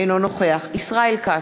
אינו נוכח ישראל כץ,